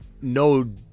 no